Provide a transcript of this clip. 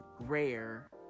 rare